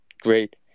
great